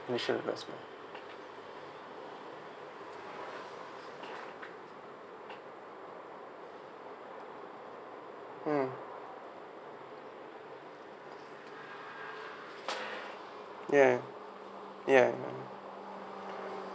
investment mm ya ya